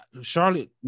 Charlotte